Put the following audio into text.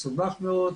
מסובך מאוד,